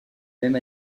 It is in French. même